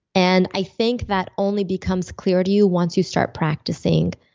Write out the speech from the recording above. and i think that only becomes clear to you once you start practicing